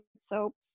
soaps